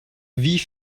wie